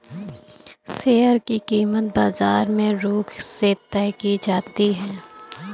share की कीमत बाजार के रुख से तय की जाती है